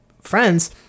friends